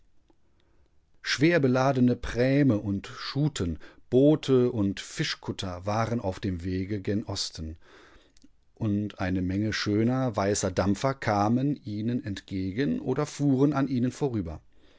schwerbeladene prähme und schuten boote und fischkutter waren auf dem wege gen osten und eine menge schöner weißer dampfer kamen ihnen entgegen oder fuhren an ihnen vorüber